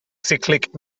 cyclic